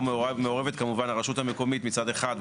מעורבת כמובן הרשות המקומית מצד אחד,